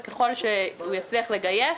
וככל שהוא יצליח לגייס,